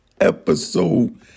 Episode